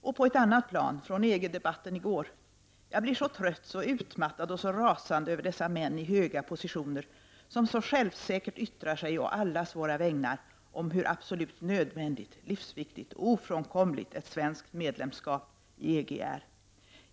Och på ett annat plan -- från EG-debatten i går: ''Jag blir så trött, så utmattad och så rasande över dessa män i höga positioner, som så självsäkert yttrar sig å allas våra vägnar om hur absolut nödvändigt, livsviktigt och ofrånkomligt ett svenskt medlemskap i EG är!